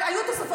פעם היו תוספות.